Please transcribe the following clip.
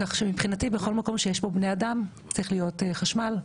כך שמבחינתי בכל מקום שיש בו בני אדם צריך להיות חשמל,